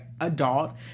adult